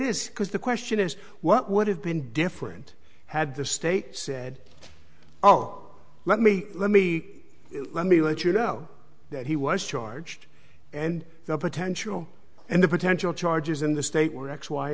because the question is what would have been different had the state said oh let me let me let me let you know that he was charged and the potential and the potential charges in the state were x y